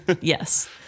Yes